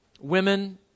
women